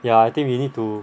ya I think we need to